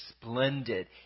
splendid